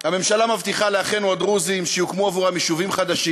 הממשלה מבטיחה לאחינו הדרוזים שיוקמו עבורם יישובים חדשים